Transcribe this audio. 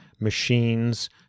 machines